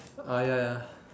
uh ya ya